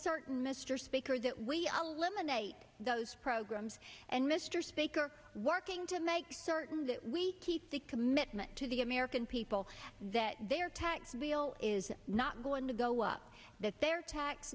certain mr speaker that we our women ate those programs and mr speaker working to make certain that we keep the commitment to the american people that their tax bill is not going to go up that their tax